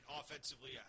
offensively